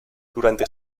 durante